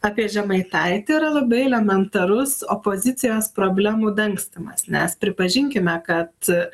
apie žemaitaitį yra labai elementarus opozicijos problemų dangstymas nes pripažinkime kad